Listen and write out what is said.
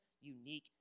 unique